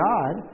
God